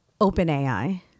OpenAI